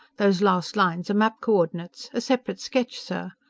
those last lines are map-co-ordinates a separate sketch, sir.